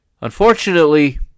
Unfortunately